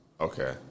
Okay